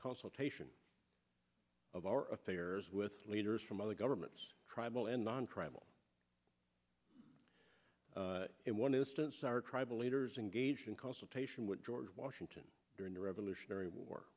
consultation of our affairs with leaders from other governments tribal and non tribal in one instance our tribal leaders engaged in consultation with george washington during the revolutionary war